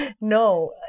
No